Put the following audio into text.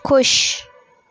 खु़शि